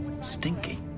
Stinky